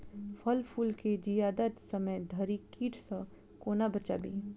फल फुल केँ जियादा समय धरि कीट सऽ कोना बचाबी?